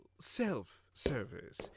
self-service